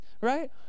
Right